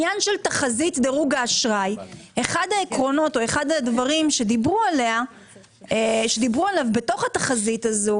אחד העקרונות שדיברו עליו בתוך תחזית דירוג